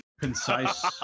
Concise